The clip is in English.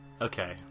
okay